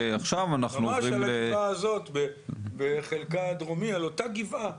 ממש על הגבעה הזאת בחלקה הדרומי, על אותה גבעה.